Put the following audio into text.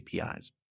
APIs